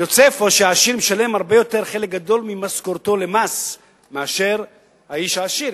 יוצא אפוא שהחלק שהעני משלם ממשכורתו מס גדול מחלקו של האיש העשיר,